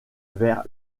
vers